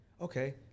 Okay